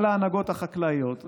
על ההנהגות החקלאיות,